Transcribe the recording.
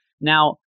Now